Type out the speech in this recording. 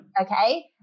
okay